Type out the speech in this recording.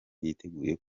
yiteguye